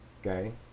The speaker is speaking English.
okay